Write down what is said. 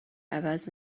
عوض